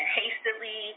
hastily